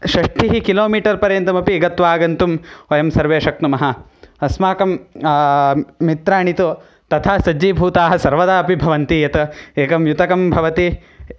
षष्टिः किलोमीटर् पर्यन्तमपि गत्वा आगन्तुं वयं सर्वे शक्नुमः अस्माकं मित्राणि तु तथा सज्जीभूताः सर्वदा भवन्ति यत् एकं युतकं भवति